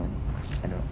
um I don't know